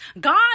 God